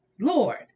Lord